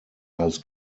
als